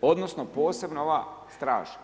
odnosno, posebno ova straža.